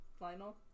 Lionel